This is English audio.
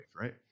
right